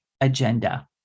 agenda